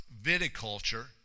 viticulture